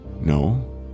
No